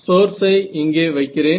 சோர்ஸை இங்கே வைக்கிறேன்